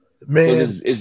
man